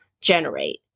generate